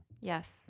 Yes